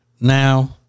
now